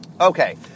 Okay